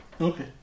Okay